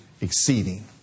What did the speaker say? exceeding